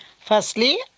Firstly